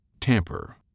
Tamper